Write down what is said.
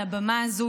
על הבמה הזו,